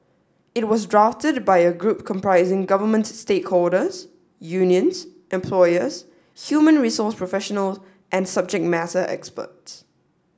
it was drafted by a group comprising government stakeholders unions employers human resource professional and subject matter experts